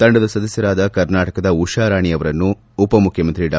ತಂಡದ ಸದಸ್ಕರಾದ ಕರ್ನಾಟಕದ ಉಷಾರಾಣಿಯವರನ್ನು ಉಪಮುಖ್ಯಮಂತ್ರಿ ಡಾ